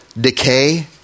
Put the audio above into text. decay